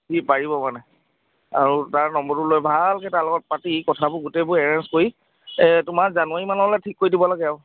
সি পাৰিব মানে আৰু তাৰ নম্বৰটো লৈ ভালকৈ তাৰ লগত পাতি কথাবোৰ গোটেইবোৰ এৰেঞ্জ কৰি এ তোমাৰ জানুৱাৰী মানলৈ ঠিক কৰি দিব লাগে আৰু